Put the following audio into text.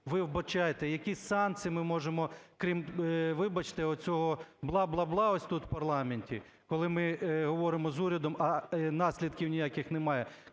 ви вбачаєте? Які санкції ми можемо, крім, вибачте, оцього бла-бла-бла ось тут в парламенті, коли ми говоримо з урядом, а наслідків ніяких немає,